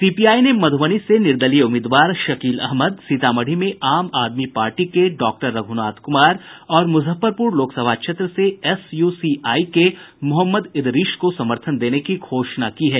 CPI ने मध्रबनी से निर्दलीय उम्मीदवार शकील अहमद सीतामढ़ी में आम आदमी पार्टी के डॉक्टर रघुनाथ कुमार और मुजफ्फरपुर लोकसभा क्षेत्र से एसयूसीआई के मोहम्मद इदरीश को समर्थन देने की घोषणा की है